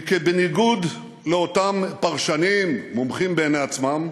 היא כי בניגוד לאותם פרשנים, מומחים בעיני עצמם,